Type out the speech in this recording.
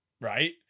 right